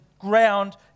ground